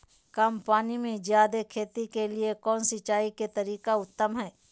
कम पानी में जयादे खेती के लिए कौन सिंचाई के तरीका उत्तम है?